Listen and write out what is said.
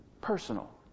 personal